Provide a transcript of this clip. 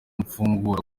mfungura